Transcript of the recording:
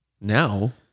now